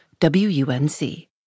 WUNC